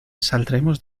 saldremos